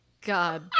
God